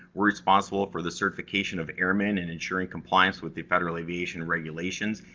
we're responsible for the certification of airmen, and ensuring compliance with the federal aviation regulations.